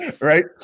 right